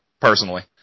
personally